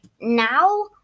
now